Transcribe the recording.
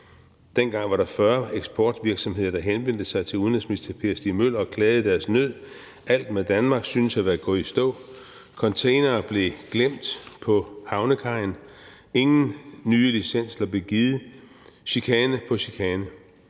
Dengang var der 40 eksportvirksomheder, der henvendte sig til udenrigsminister Per Stig Møller og klagede deres nød. Alt med Danmark syntes at være gået i stå. Containere blev glemt på havnekajen. Ingen nye licenser blev givet. Chikane på chikane.